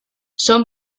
són